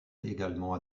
également